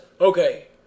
okay